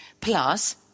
plus